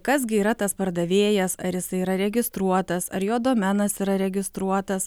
kas gi yra tas pardavėjas ar jisai yra registruotas ar jo domenas yra registruotas